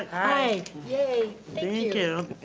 aye. yay, thank you.